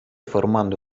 formando